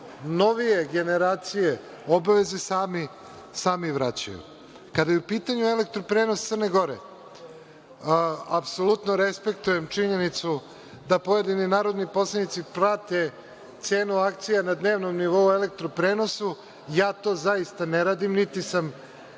novije generacije, obaveze sami vraćaju. Kada je u pitanju „Elektroprenos Crne Gore“, apsolutno respektujem činjenicu da pojedini narodni poslanici prate cenu akcija na dnevnom nivou „Elektroprenosa“. Ja to zaista ne radim, niti sam